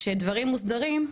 כשדברים מוסדרים,